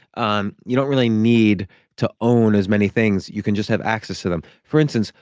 um you don't really need to own as many things. you can just have access to them for instance,